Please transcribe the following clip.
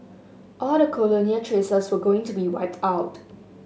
all the colonial traces were going to be wiped out